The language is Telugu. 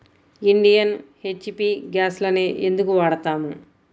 ఇండియన్, హెచ్.పీ గ్యాస్లనే ఎందుకు వాడతాము?